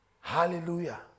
Hallelujah